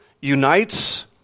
unites